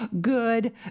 good